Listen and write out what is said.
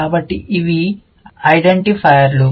కాబట్టి ఇవి ఐడెంటిఫైయర్లు